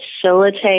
facilitate